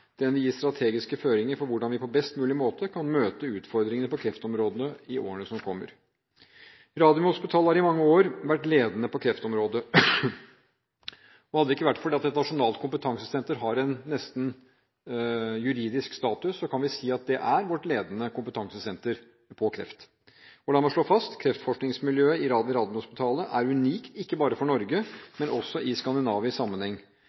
Den vil gi strategiske føringer for hvordan vi på best mulig måte kan møte utfordringene på kreftområdene i årene som kommer. Radiumhospitalet har i mange år vært ledende på kreftområdet. Hadde det ikke vært for at et nasjonalt kompetansesenter har en nesten juridisk status, kan vi si at det er vårt ledende kompetansesenter på kreft. Og la meg slå fast: Kreftforskningsmiljøet ved Radiumhospitalet er unikt, ikke bare i Norge, men også i skandinavisk sammenheng.